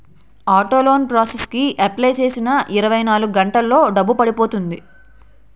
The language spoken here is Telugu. ఆటో లోన్ ప్రాసెస్ కి అప్లై చేసిన ఇరవై నాలుగు గంటల్లో డబ్బు పడిపోతుంది